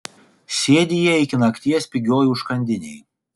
sėdi jie iki nakties pigioj užkandinėj